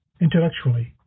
intellectually